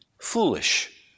Foolish